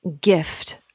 gift